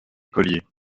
collier